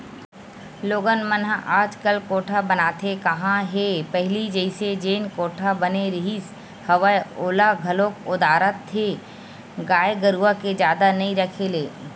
लोगन मन ह आजकल कोठा बनाते काँहा हे पहिली जइसे जेन कोठा बने रिहिस हवय ओला घलोक ओदरात हे गाय गरुवा के जादा नइ रखे ले